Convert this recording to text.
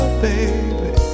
baby